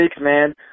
man